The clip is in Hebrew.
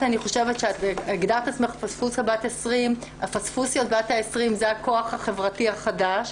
את הגדרת את עצמך פספוסה בת 20. הפספוסיות בת ה-20 זה הכוח החברתי החדש.